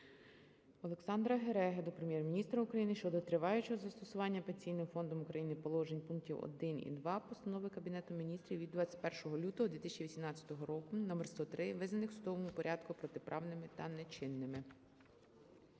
Олександра Гереги до Прем'єр-міністра України щодо триваючого застосування Пенсійним фондом України положень пунктів 1 і 2 Постанови Кабінету Міністрів України від 21 лютого 2018 року № 103, визнаних у судовому порядку протиправними та нечинними.